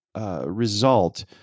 result